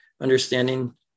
understanding